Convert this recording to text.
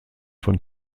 von